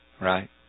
right